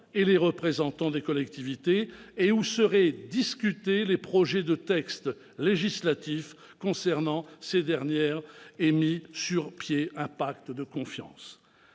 et les représentants des collectivités, où seraient discutés les projets de textes législatifs concernant ces dernières et mis sur pied un pacte de confiance.